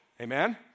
amen